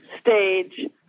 stage